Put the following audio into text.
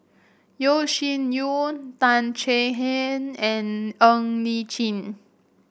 Yeo Shih Yun Tan Chay Yan and Ng Li Chin